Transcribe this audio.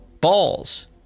Balls